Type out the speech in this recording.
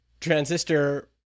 Transistor